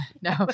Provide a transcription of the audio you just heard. No